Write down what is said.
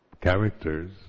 characters